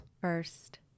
first